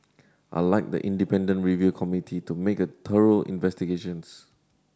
I'd like the independent review committee to make a thorough investigations